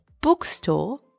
bookstore